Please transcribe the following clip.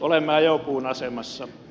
olemme ajopuun asemassa